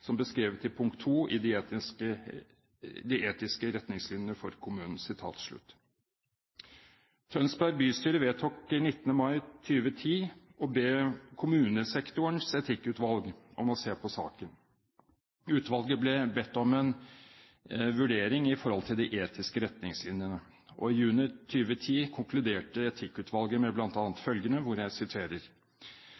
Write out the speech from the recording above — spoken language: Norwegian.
som beskrevet i punkt 2 i de etiske retningslinjene.» Tønsberg kommune vedtok 19. mai 2010 å be Kommunesektorens Etikkutvalg om å se på saken. Utvalget ble bedt om en vurdering av de etiske retningslinjene. I juni 2010 konkluderte Etikkutvalget med